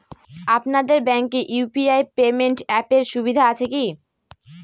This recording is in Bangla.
আপনাদের ব্যাঙ্কে ইউ.পি.আই পেমেন্ট অ্যাপের সুবিধা আছে কি?